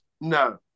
no